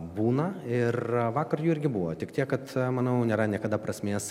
būna ir vakar irgi buvo tik tiek kad manau nėra niekada prasmės